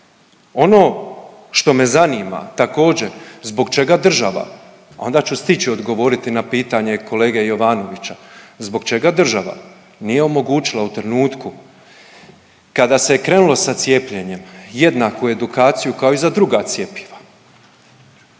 ono što me zanima također zbog čega država, a onda ću stići odgovoriti na pitanje kolege Jovanovića, zbog čega država nije omogućila u trenutku kada se je krenulo sa cijepljenjem jednako edukaciju kao i za druga cjepiva?